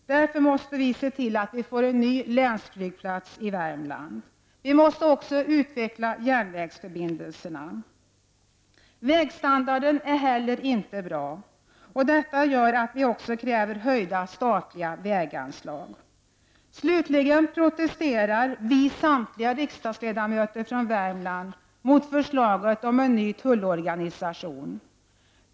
Därför måste vi se till att det blir en ny länsflygplats i Järnvägsförbindelserna måste också utvecklas. Inte heller vägstandarden är bra. Det gör att vi också kräver höjda statliga väganslag. Slutligen protesterar samtliga riksdagsledamöter från Värmland mot förslaget om en ny tullorganisation.